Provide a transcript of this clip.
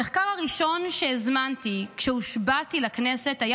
המחקר הראשון שהזמנתי כשהושבעתי לכנסת היה